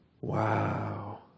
wow